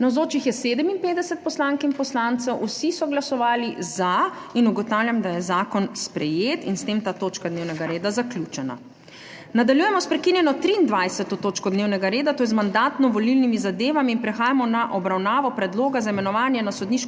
Navzočih je 57 poslank in poslancev, vsi so glasovali za. (Za je glasovalo 57.) (Proti nihče.) Ugotavljam, da je zakon sprejet in s tem ta točka dnevnega reda zaključena. Nadaljujemo s prekinjeno 23. točko dnevnega reda, to je z Mandatno-volilnimi zadevami. Prehajamo na obravnavo Predloga za imenovanje na sodniško